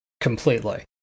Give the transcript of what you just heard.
completely